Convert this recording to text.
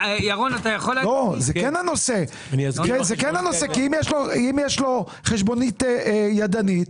אם יש לו חשבונית ידנית,